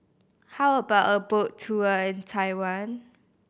how about a boat tour in Taiwan